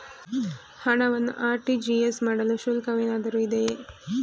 ಹಣವನ್ನು ಆರ್.ಟಿ.ಜಿ.ಎಸ್ ಮಾಡಲು ಶುಲ್ಕವೇನಾದರೂ ಇದೆಯೇ?